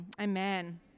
Amen